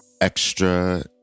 Extra